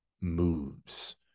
moves